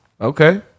okay